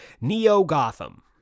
Neo-Gotham